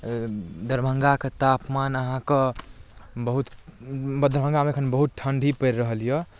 दरभङ्गा कऽ तापमान अहाँ कऽ बहुत दरभङ्गामे एखन बहुत ठण्डी पड़ि रहल यऽ